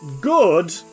good